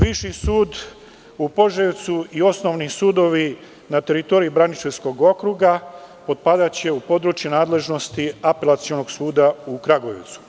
Viši sud u Požarevcu i osnovni sudovi na teritoriji Braničevskog okruga potpadaće u područje nadležnosti Apelacionog suda u Kragujevcu.